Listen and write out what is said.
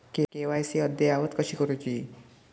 KYC अद्ययावत कशी करुची?